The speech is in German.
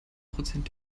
prozent